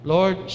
Lord